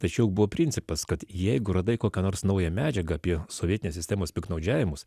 tačiau buvo principas kad jeigu radai kokią nors naują medžiagą apie sovietinės sistemos piktnaudžiavimus